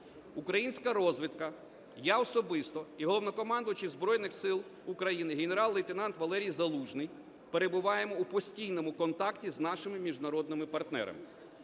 Українська розвідка, я особисто і Головнокомандувач Збройних Сил України генерал-лейтенант Валерій Залужний перебуваємо у постійному контакті з нашими міжнародними партнерами.